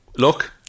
Look